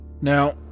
Now